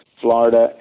Florida